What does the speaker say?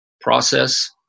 process